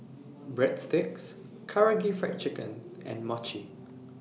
Breadsticks Karaage Fried Chicken and Mochi